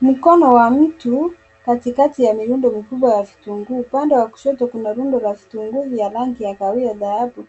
Mkono wa mtu katikati ya mirundo mikubwa wa vitunguu. Upande wa kushoto kuna rundo la vitunguu vya rangi ya kahawia dhahabu